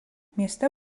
mieste